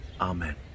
Amen